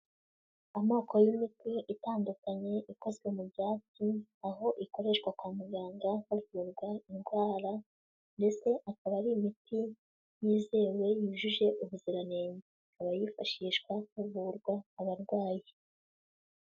Amoko y'imiti itandukanye ikozwe mu byatsi aho ikoreshwa kwa muganga havubwa indwara ndetse akaba ari imiti yizewe yujuje ubuziranenge, ikaba yifashishwa havurwa abarwayi.